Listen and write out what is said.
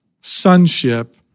sonship